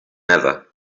ever